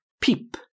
Peep